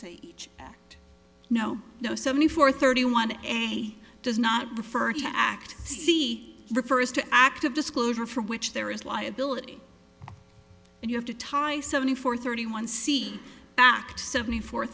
act no no seventy four thirty one a does not refer to act c refers to active disclosure for which there is liability and you have to tie seventy four thirty one see act seventy four